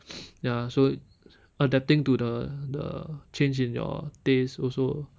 ya so adapting to the the change in your taste also